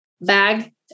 bag